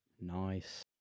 Nice